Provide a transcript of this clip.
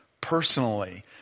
personally